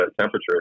temperature